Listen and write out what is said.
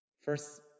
First